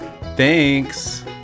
Thanks